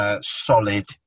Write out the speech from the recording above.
Solid